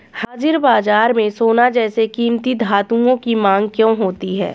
हाजिर बाजार में सोना जैसे कीमती धातुओं की मांग क्यों होती है